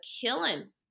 killing